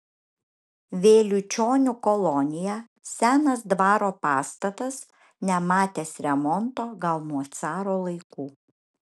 vėliučionių kolonija senas dvaro pastatas nematęs remonto gal nuo caro laikų